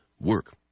Work